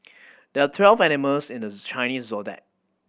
there are twelve animals in the Chinese Zodiac